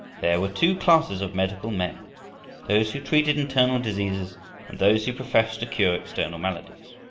there were two classes of medical men those who treated internal diseases and those who professed to cure external maladies.